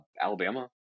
Alabama